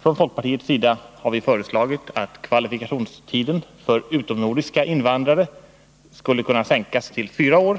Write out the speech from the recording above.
Från folkpartiets sida har vi föreslagit att kvalifikationstiden för utomnordiska invandrare skulle kunna sänkas till fyra år.